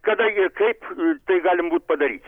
kada ir kaip tai galim būt padaryt